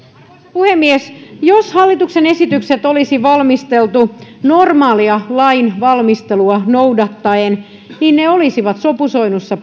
puhemies jos hallituksen esitykset olisi valmisteltu normaalia lainvalmistelua noudattaen ne olisivat sopusoinnussa